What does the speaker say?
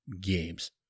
games